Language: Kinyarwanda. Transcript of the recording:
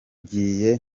ngiye